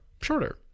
shorter